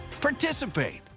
participate